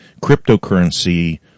cryptocurrency